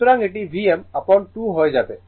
সুতরাং এটি Vm upon 2 হয়ে যাবে